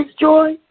joy